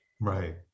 right